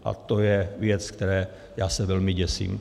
A to je věc, které já se velmi děsím.